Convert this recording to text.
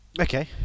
Okay